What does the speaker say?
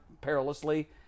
perilously